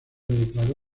declaró